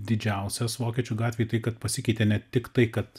didžiausias vokiečių gatvėj tai kad pasikeitė ne tiktai kad